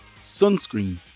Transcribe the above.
Sunscreen